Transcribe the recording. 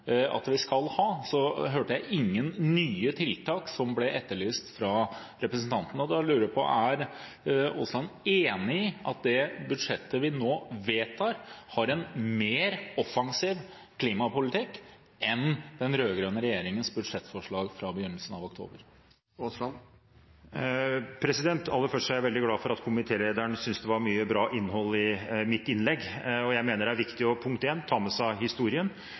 at vi skal ha, hørte jeg ikke at nye tiltak ble etterlyst av representanten. Da lurer jeg på, er Aasland enig i at det budsjettet vi nå vedtar, har en mer offensiv klimapolitikk enn den rød-grønne regjeringens budsjettforslag fra begynnelsen av oktober? Aller først er jeg veldig glad for at komitélederen synes det var mye bra innhold i mitt innlegg, og jeg mener det er viktig punkt én å ta med seg historien